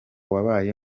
wabaye